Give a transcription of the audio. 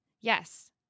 Yes